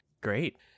Great